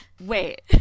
Wait